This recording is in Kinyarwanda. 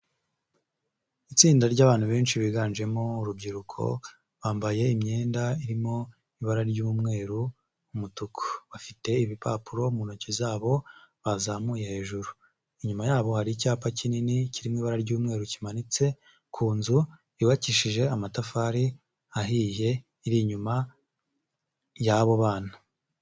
Itsinda ry'abantu benshi biganjemo urubyiruko, bambaye imyenda irimo ibara ry'umweru, umutuku. Bafite ibipapuro mu ntoki zabo, bazamuye hejuru. Inyuma yabo hari icyapa kinini, kirimo iba ry'umweru. Kimanitse ku nzu yubakishije amatafari ahiye, iri inyuma y'abo bana.